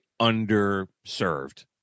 underserved